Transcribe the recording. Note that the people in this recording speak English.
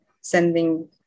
sending